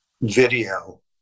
video